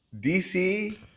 DC